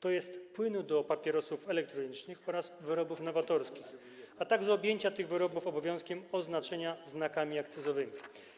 tj. płynu do papierosów elektronicznych oraz wyrobów nowatorskich, a także objęcia tych wyrobów obowiązkiem oznaczenia znakami akcyzy.